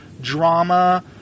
drama